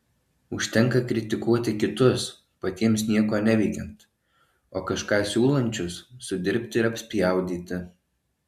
užtenka kritikuoti kitus patiems nieko neveikiant o kažką siūlančius sudirbti ir apspjaudyti